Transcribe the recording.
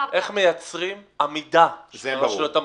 עוזי,